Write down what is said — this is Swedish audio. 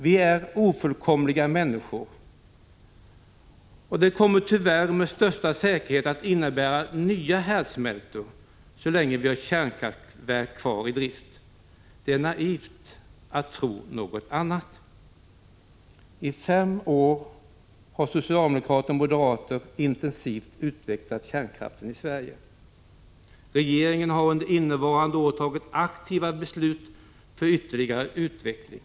Vi människor är ofullkomliga, och detta kommer tyvärr med största säkerhet att innebära nya härdsmältor, så länge vi har kärnkraftverk kvar i drift. Det är naivt att tro något annat. 163 I fem år har socialdemokraterna och moderaterna intensivt utvecklat kärnkraften i Sverige. Regeringen har under innevarande år tagit aktiva beslut för ytterligare utveckling.